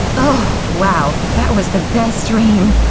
oh wow, that was the best dream!